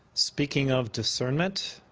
speaking of discernment,